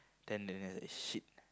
then the guy was like shit